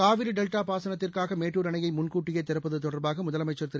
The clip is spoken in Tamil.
காவிரி டெல்டா பாசனத்துக்காக மேட்டூர் அணையை முன் கூட்டியே திறப்பது தொடர்பாக முதலமைச்சர் திரு